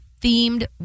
themed